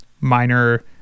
minor